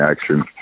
action